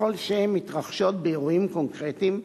ככל שהם מתרחשים באירועים קונקרטיים,